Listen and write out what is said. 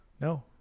No